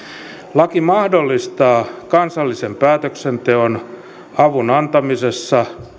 laki mahdollistaa kansallisen päätöksenteon avun antamisessa